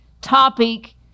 topic